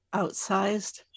outsized